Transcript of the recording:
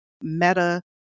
meta